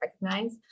recognize